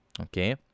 Okay